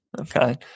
Okay